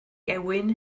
gewyn